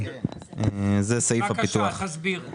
זה סעיף הפיתוח.